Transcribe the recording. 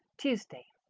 tuesday,